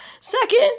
Second